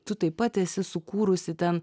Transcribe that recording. tu taip pat esi sukūrusi ten